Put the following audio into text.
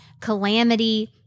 calamity